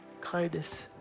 kindness